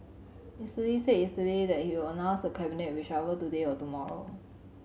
Mister Lee said yesterday that he will announce the cabinet reshuffle today or tomorrow